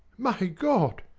my god!